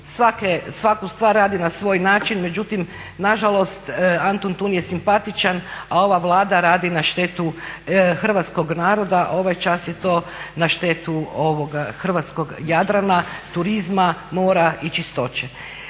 svaku stvar radi na svoj način. Međutim Antun-Tun je simpatičan, a ova Vlada radi na štetu hrvatskog naroda, ovaj čas je to na štetu hrvatskog Jadrana, turizma, mora i čistoće.